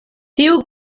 tiu